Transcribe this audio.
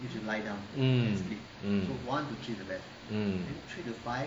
mm mm mm